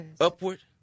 upward